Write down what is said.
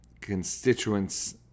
constituents